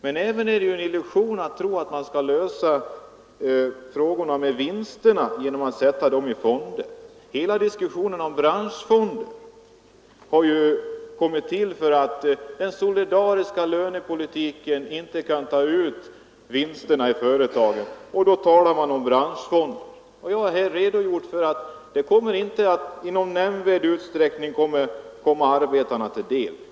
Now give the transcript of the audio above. Men det är en illusion att tro att man skall lösa frågorna med vinsterna genom att sätta dessa i fonder. Hela diskussionen om branschfonder har ju kommit till för att man med den solidariska lönepolitiken inte kan ta ut vinsterna i företagen. Jag har här redogjort för att dessa fonder inte i nämnvärd utsträckning kommer arbetarna till del.